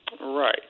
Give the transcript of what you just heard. Right